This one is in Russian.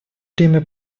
время